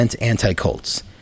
anti-cults